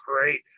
great